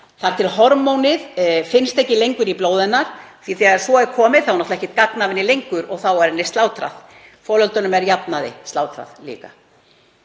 þar til hormónið finnst ekki lengur í blóði hennar. Þegar svo er komið er náttúrlega ekkert gagn af henni lengur og þá er henni slátrað. Folöldunum er að jafnaði slátrað líka.